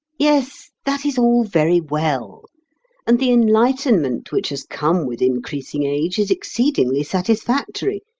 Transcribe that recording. yes, that is all very well and the enlightenment which has come with increasing age is exceedingly satisfactory.